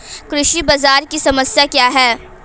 कृषि बाजार की समस्या क्या है?